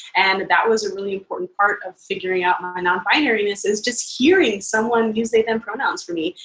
and that was a really important part of figuring out my non-binary-ness, is just hearing someone using they them pronouns for me,